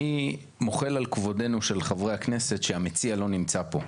אני מוחל על כבודנו של חברי הכנסת שהמציע לא נמצא פה.